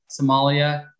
Somalia